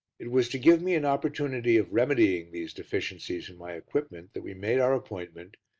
it was to give me an opportunity of remedying these deficiencies in my equipment that we made our appointment,